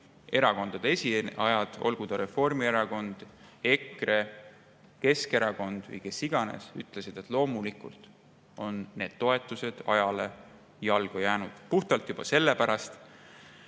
erakondade esindajad, olgu ta Reformierakond, EKRE, Keskerakond või kes iganes, ütlesid, et loomulikult on need toetused ajale jalgu jäänud, puhtalt juba sellepärast,